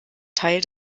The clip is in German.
teil